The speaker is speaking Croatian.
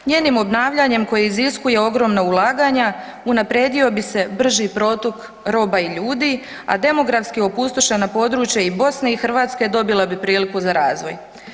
Njeni obnavljanjem koje iziskuje ogromna ulaganja, unaprijedio bi se brži protok roba i ljudi a demografski opustošena područja i Bosne i Hrvatske, dobila bi priliku za razvoj.